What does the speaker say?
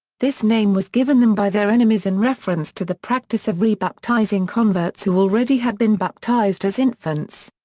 this name was given them by their enemies in reference to the practice of re-baptizing converts who already had been baptized as infants.